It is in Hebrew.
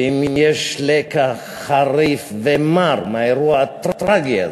ואם יש לקח חריף ומר מהאירוע הטרגי הזה,